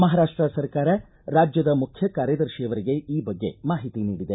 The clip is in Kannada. ಮಹಾರಾಷ್ಟ ಸರ್ಕಾರ ರಾಜ್ಯದ ಮುಖ್ಯಕಾರ್ಯದರ್ಶಿಯವರಿಗೆ ಈ ಬಗ್ಗೆ ಮಾಹಿತಿ ನೀಡಿದೆ